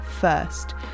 first